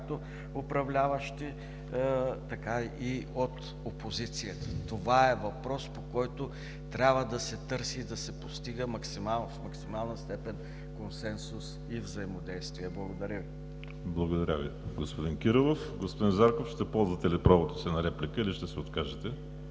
както управляващи, така и от опозицията. Това е въпрос, по който трябва да се търси и да се постига в максимална степен консенсус и взаимодействие. Благодаря Ви. ПРЕДСЕДАТЕЛ ВАЛЕРИ СИМЕОНОВ: Благодаря Ви, господин Кирилов. Господин Зарков, ще ползвате ли правото си на реплика или ще се откажете?